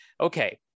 Okay